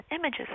images